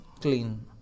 clean